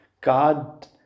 God